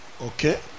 Okay